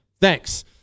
Thanks